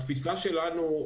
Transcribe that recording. בתפיסה שלנו,